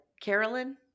Carolyn